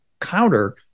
counter